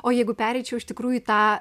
o jeigu pereičiau iš tikrųjų į tą